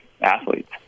athletes